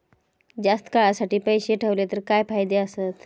जास्त काळासाठी पैसे ठेवले तर काय फायदे आसत?